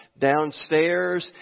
downstairs